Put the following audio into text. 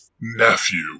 Nephew